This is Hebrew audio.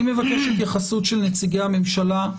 אני מבקש התייחסות של נציגי הממשלה.